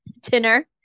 dinner